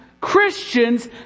Christians